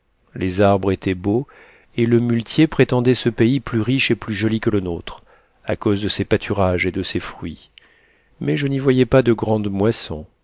les arbres étaient beaux et le muletier prétendait ce pays plus riche et plus joli que le nôtre à cause de ses pâturages et de ses fruits mais je n'y voyais pas de grandes moissons